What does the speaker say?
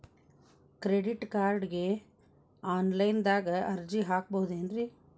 Credit ಕಾರ್ಡ್ಗೆ online ದಾಗ ಅರ್ಜಿ ಹಾಕ್ಬಹುದೇನ್ರಿ?